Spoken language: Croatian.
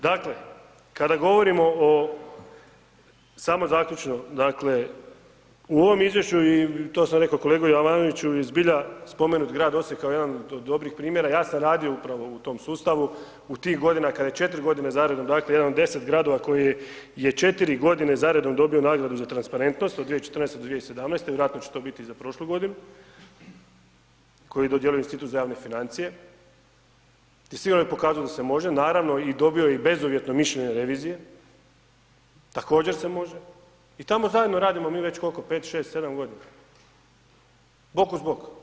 Dakle, kada govorimo o, samo zaključno, dakle, u ovom izvješću, to sam i rekao kolegi Jovanoviću i zbilja spomenut grad Osijek kao jedan od dobrih primjera, ja sam radio upravo u tom sustavu, u tih godina, kad je 4 godine zaredom, dakle, jedan od 10 gradova koje je 4 godine zaredom dobio nagradu za transparentnost, od 2014. do 2017., vjerojatno će to biti i za prošlu godinu, koji dodjeljuje Institut za javne financije i svi oni pokazuju da se može, naravno, i dobio je bezuvjetno mišljenje revizije, također se može i tamo zajedno radimo mi već koliko, pet, šest, sedam godina, bok uz bok.